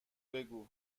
بگو